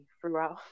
throughout